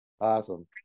Awesome